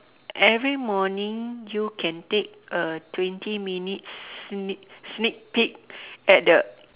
every morning you can take a twenty minutes sneak sneak peek at the